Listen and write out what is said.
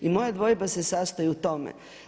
I moja dvojba se sastoji u tome.